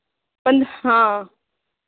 पंद्रह हाँ